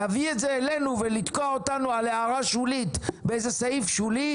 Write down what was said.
להביא את זה אלינו ולתקוע אותנו על הערה שולית באיזה סעיף שולי,